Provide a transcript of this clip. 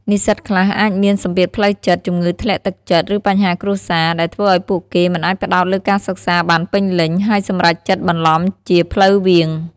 និស្សិតខ្លះអាចមានសម្ពាធផ្លូវចិត្ត ជំងឺធ្លាក់ទឹកចិត្ត ឬបញ្ហាគ្រួសារ ដែលធ្វើឱ្យពួកគេមិនអាចផ្ដោតលើការសិក្សាបានពេញលេញ ហើយសម្រេចចិត្តបន្លំជាផ្លូវវាង។